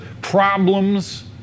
problems